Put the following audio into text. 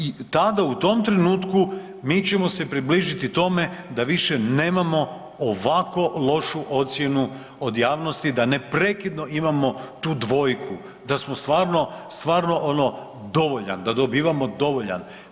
I tada u tom trenutku mi ćemo se približiti tome da više nemamo ovako lošu ocjenu od javnosti, da neprekidno imamo tu dvojku, da smo stvarno, stvarno ono da dobivamo dovoljan.